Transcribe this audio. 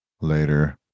later